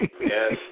Yes